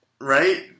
Right